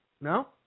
No